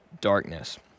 darkness